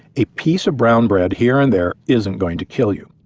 a piece of brown bread here and there isn't going to kill you.